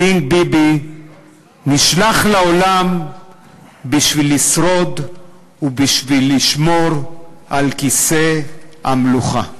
קינג ביבי נשלח לעולם בשביל לשרוד ובשביל לשמור על כיסא המלוכה.